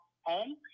home